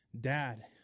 Dad